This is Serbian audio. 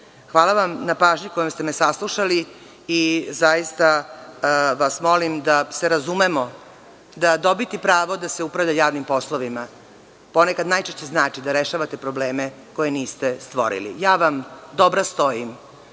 vam na pažnji sa kojom ste me saslušali. Zaista vas molim da se razumemo, da dobiti pravo da se upravlja javnim poslovima ponekad najčešće znači da rešavate probleme koje niste stvorili. Ja vam stojim